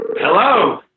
Hello